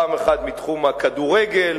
פעם אחת מתחום הכדורגל,